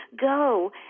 go